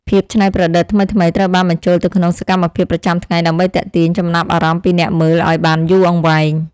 ភាពច្នៃប្រឌិតថ្មីៗត្រូវបានបញ្ចូលទៅក្នុងសកម្មភាពប្រចាំថ្ងៃដើម្បីទាក់ទាញចំណាប់អារម្មណ៍ពីអ្នកមើលឱ្យបានយូរអង្វែង។